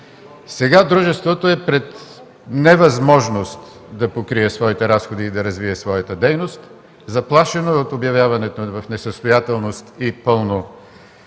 сега дружеството е пред невъзможност да покрие своите разходи и да развие своята дейност, заплашено е от обявяване в несъстоятелност и пълно